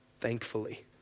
thankfully